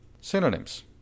Synonyms